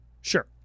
Sure